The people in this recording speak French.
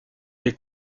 est